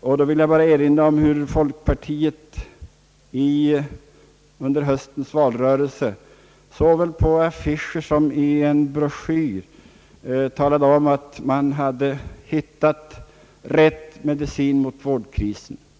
Jag vill bara erinra om hur folkpartiet under höstens valrörelse såväl på affischer som i en broschyr talade om, att man hade funnit rätt medicin mot vårdkrisen.